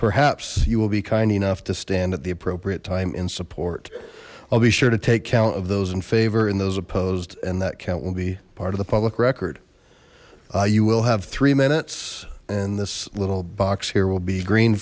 perhaps you will be kind enough to stand at the appropriate time in support i'll be sure to take count of those in favor and those opposed and that count will be part of the public record you will have three minutes and this little box here will be green